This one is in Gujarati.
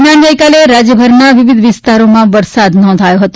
દરમિયાન ગઇકાલ રાજ્યભરના વિવિધ વિસ્તારમાં વરસાદ નોંધાયો હતો